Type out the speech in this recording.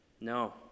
No